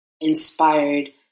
inspired